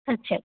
ਅੱਛਾ